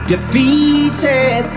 Defeated